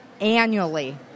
annually